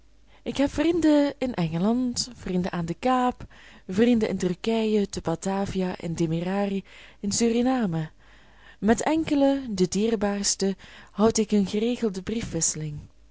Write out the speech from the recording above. ik heb vrienden in engeland vrienden aan de kaap vrienden in turkije te batavia in demerary in suriname met enkele de dierbaarste houd ik een geregelde briefwisseling